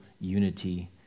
unity